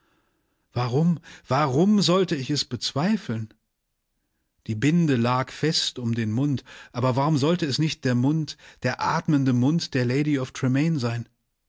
warum warum sollte ich es bezweifeln die binde lag fest um den mund aber warum sollte es nicht der mund der atmende mund der lady of tremaine sein